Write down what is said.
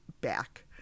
back